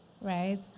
right